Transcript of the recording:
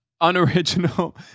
unoriginal